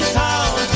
town